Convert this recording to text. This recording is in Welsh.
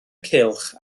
cylch